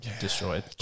destroyed